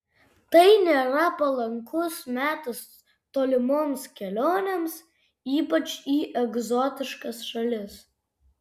tai nėra palankus metas tolimoms kelionėms ypač į egzotiškas šalis